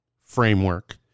framework